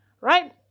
Right